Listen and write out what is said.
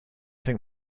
think